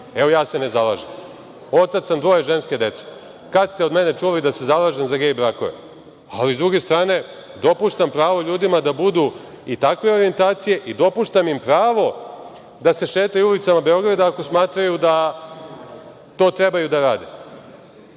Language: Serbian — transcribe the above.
Evo, ja se ne zalažem. Otac sam dvoje ženske dece. Kada ste od mene čuli da se zalažem za gej brakove? Ali, sa druge strane, dopuštam pravo ljudima da budu i takve orijentacije, i dopuštam im pravo da se šetaju ulicama Beograda ako smatraju da to trebaju da rade.